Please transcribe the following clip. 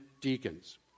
deacons